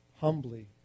humbly